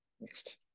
next